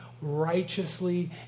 righteously